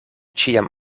ĉiam